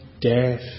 death